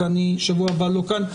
כי אני בשבוע הבא לא כאן.